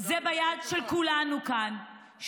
זה ביד של כולנו כאן.